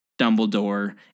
Dumbledore